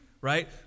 right